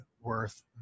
worth